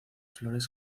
flores